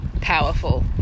powerful